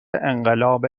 انقلاب